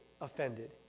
offended